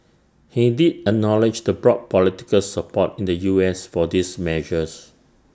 he did A knowledge the broad political support in the U S for these measures